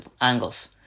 angles